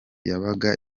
yabaga